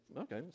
okay